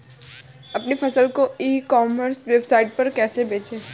अपनी फसल को ई कॉमर्स वेबसाइट पर कैसे बेचें?